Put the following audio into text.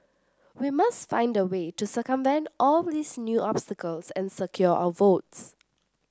we must find a way to circumvent all these new obstacles and secure our votes